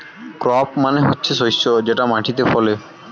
crop মানে হচ্ছে শস্য যেটা মাটিতে ফলে